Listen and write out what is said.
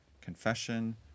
confession